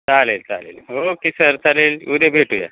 चालेल चालेल okay sir चालेल उद्या भेटूया